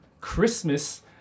Christmas